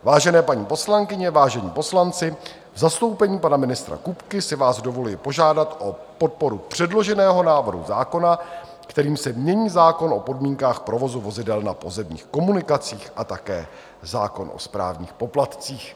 Vážené paní poslankyně, vážení poslanci, v zastoupení pana ministra Kupky si vás dovoluji požádat o podporu předloženého návrhu zákona, kterým se mění zákon o podmínkách provozu vozidel na pozemních komunikacích a také zákon o správních poplatcích.